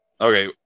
Okay